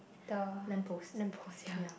the lamp post ya